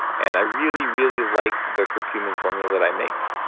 and i really, really like the curcumin formula that i make,